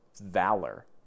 valor